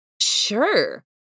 Sure